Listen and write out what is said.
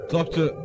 Doctor